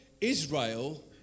Israel